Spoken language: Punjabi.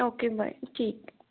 ਓਕੇ ਬਾਏ ਠੀਕ